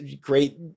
great